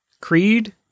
Creed